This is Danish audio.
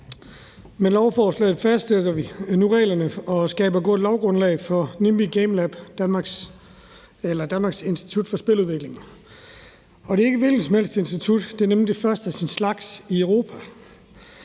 Med lovforslaget fastsætter vi nu reglerne og skaber lovgrundlag for Nimbi Gamelab – Danmarks Institut for Spiludvikling. Det er ikke et hvilket som helst institut, det er nemlig det første af sin slags i Europa.